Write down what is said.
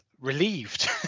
relieved